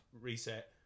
reset